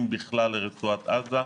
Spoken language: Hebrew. אם בכלל, לרצועת עזה,